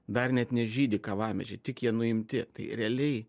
dar net nežydi kavamedžiai tik jie nuimti tai realiai